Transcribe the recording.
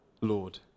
Lord